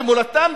במולדתם,